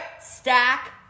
stack